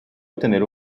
obtener